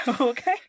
Okay